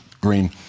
Green